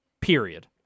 Period